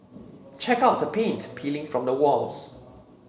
check out the paint peeling from the walls